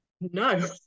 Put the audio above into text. no